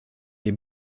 des